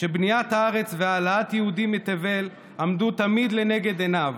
שבניית הארץ והעלאת יהודים מתבל עמדו תמיד לנגד עיניו.